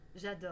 j'adore